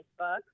Facebook